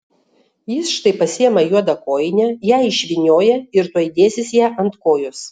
jis štai pasiima juodą kojinę ją išvynioja ir tuoj dėsis ją ant kojos